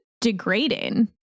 degrading